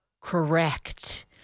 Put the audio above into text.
correct